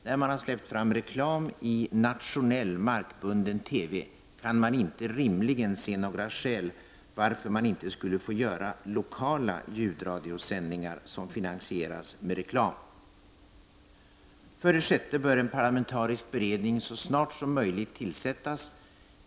När man har släppt fram reklam i nationell markbunden TV finns det inga rimliga skäl för att lokala ljudradiosändningar inte får finansieras med reklam. För det sjätte bör en parlamentarisk beredning så snart som möjligt tillsättas.